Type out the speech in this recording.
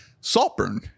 saltburn